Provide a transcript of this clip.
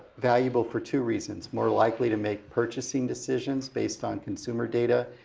valuable for two reasons, more likely to make purchasing decisions based on consumer data,